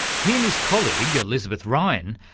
he and his colleague, elizabeth ryan,